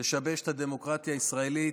לשבש את הדמוקרטיה הישראלית,